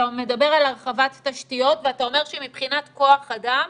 אתה מדבר על הרחבת תשתיות ואתה אומר שמבחינת כוח אדם